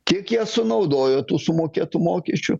kiek jie sunaudojo tų sumokėtų mokesčių